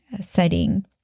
setting